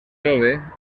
jove